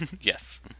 yes